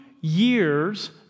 years